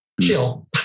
chill